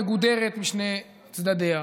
מגודרת משני צדדיה,